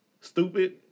stupid